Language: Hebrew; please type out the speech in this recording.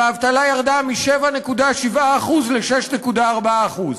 והאבטלה ירדה מ-7.7% ל-6.4%.